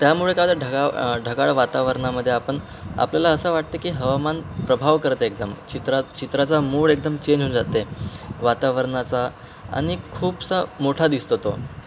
त्यामुळे काय होतं ढगा ढगाळ वातावरणामध्ये आपण आपल्याला असं वाटतं की हवामान प्रभाव करत आहे एकदम चित्रात चित्राचा मूड एकदम चेंज होऊन जात आहे वातावरणाचा आणि खूपसा मोठा दिसतो तो